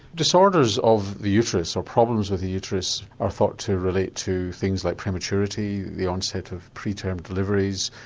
disorders of the uterus, or problems with the uterus are thought to relate to things like prematurity, the onset of pre-term deliveries,